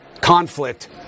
conflict